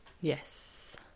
Yes